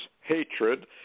hatred